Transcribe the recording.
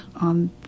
on